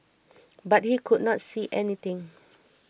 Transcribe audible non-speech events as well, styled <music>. <noise> but he could not see anything